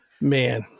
man